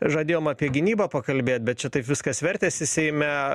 žadėjom apie gynybą pakalbėt bet čia taip viskas vertėsi seime